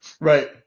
Right